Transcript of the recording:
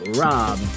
Rob